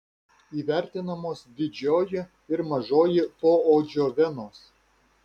įvertinamos didžioji ir mažoji poodžio venos